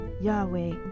Yahweh